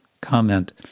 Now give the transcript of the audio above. comment